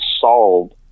solved